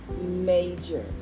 major